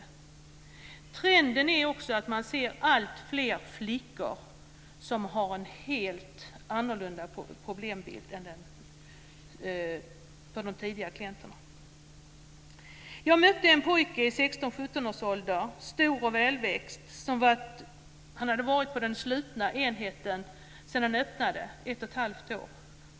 Det är också en trend att där se alltfler flickor, som har en helt annan problembild än tidigare klienter. Jag mötte en pojke i 16-17-årsåldern, stor och välväxt. Han hade varit på den slutna enheten sedan den öppnades, dvs. under ett och ett halvt år.